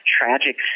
tragic